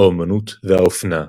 האמנות והאופנה.